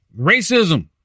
Racism